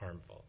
harmful